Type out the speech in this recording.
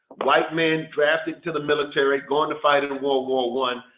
like men drafted to the military going to fight in world war one.